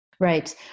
Right